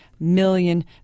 million